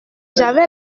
j’avais